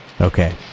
okay